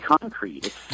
concrete